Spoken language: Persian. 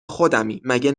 خودمی، مگه